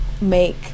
make